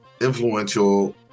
influential